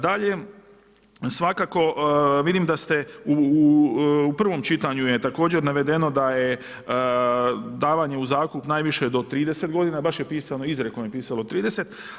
Dalje, svakako, vidim da ste u prvom čitanju je također navedeno, da je davanje u zakup najviše do 30 g. baš je pisano, izrekom je pisalo 30.